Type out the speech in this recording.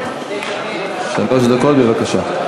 חברת הכנסת שלי יחימוביץ יכולה לדבר שלוש דקות כדי להשיב על הדברים.